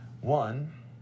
one